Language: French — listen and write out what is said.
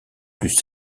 plus